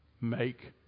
make